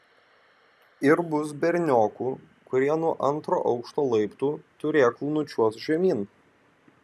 ir bus berniokų kurie nuo antro aukšto laiptų turėklų nučiuoš žemyn